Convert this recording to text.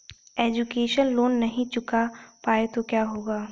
Education loan नहीं चुका पाए तो क्या होगा?